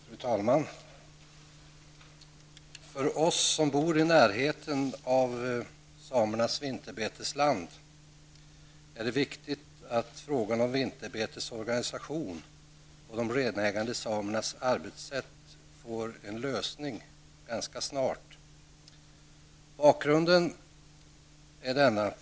Fru talman! För oss som bor i närheten av samernas vinterbetesland är det viktigt att frågan om vinterbetets organisation och de renägande samernas arbetssätt får en lösning ganska snart. Bakgrunden är denna.